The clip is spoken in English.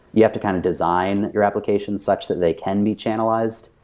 you have to kind of design your application such that they can be channelized.